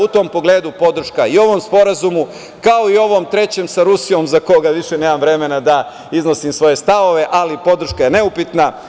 U tom pogledu, podrška i ovom sporazumu, kao i ovom trećem sa Rusijom, za koga više nemam vremena da iznosim svoje stavove, ali podrška je neupitna.